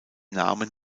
namen